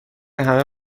همه